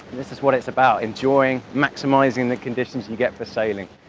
this is what it's about enjoying maximising the conditions you get for sailing.